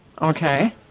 Okay